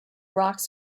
rocks